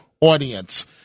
audience